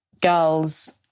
girls